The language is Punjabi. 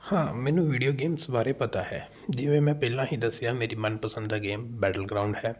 ਹਾਂ ਮੈਨੂੰ ਵੀਡੀਓ ਗੇਮਸ ਬਾਰੇ ਪਤਾ ਹੈ ਜਿਵੇਂ ਮੈਂ ਪਹਿਲਾਂ ਹੀ ਦੱਸਿਆ ਮੇਰੀ ਮਨਪਸੰਦ ਗੇਮ ਬੈਡਲਗਰਾਊਂਡ ਹੈ